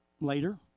later